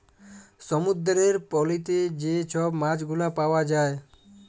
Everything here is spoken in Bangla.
সমুদ্দুরের পলিতে যে ছব মাছগুলা পাউয়া যায়